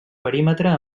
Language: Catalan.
perímetre